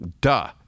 Duh